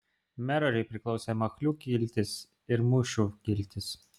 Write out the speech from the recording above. merariui priklausė machlių kiltis ir mušių kiltis